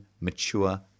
mature